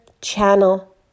channel